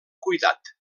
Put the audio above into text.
cuidat